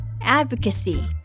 advocacy